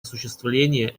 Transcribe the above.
осуществления